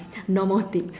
no more thing